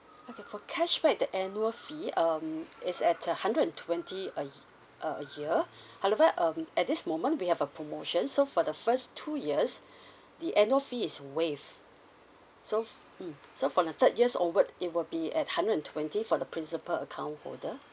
okay for cashback the annual fee um it's at a hundred and twenty a err a year however um at this moment we have a promotion so for the first two years the annual fee is waived so mm so for the third years over it will be at hundred and twenty for the principal account holder